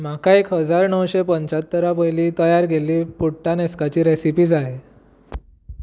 म्हाका एक हजार णवशें पंच्यात्तरा पयलीं तयार केल्ली पुट्टानॅस्काची रॅसिपी जाय